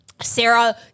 Sarah